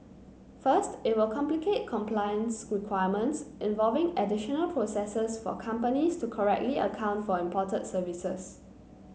first it will complicate compliance requirements involving additional processes for companies to correctly account for imported services